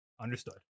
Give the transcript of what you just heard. Understood